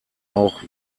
auch